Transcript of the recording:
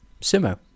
Simo